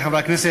הכנסת,